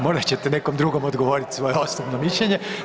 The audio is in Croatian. Morat ćete nekom drugom odgovorit svoje osobno mišljenje.